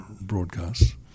broadcasts